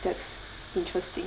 that's interesting